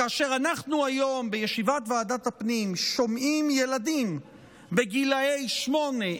כאשר אנחנו שומעים היום בישיבת ועדת הפנים ילדים בגילי שמונה,